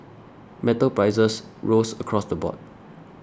metal prices rose across the board